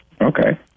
Okay